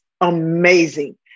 amazing